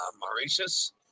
Mauritius